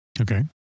okay